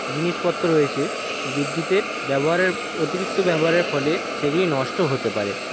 জিনিসপত্র রয়েছে বিদ্যুতের ব্যবহারের অতিরিক্ত ব্যবহারের ফলে সেগুলি নষ্ট হতে পারে